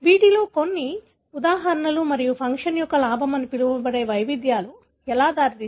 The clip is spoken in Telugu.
వీటిలో కొన్ని ఉదాహరణలు మరియు ఫంక్షన్ యొక్క లాభం అని పిలవబడే వైవిధ్యాలు ఎలా దారితీస్తాయో చూద్దాం